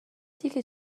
دیگه